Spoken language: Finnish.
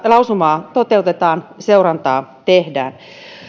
lausumaa toteutetaan ja seurantaa tehdään